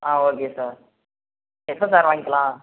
ஆ okay sir எப்போ sir வாங்கிக்கலாம்